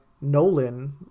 Nolan